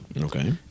Okay